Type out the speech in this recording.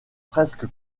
presque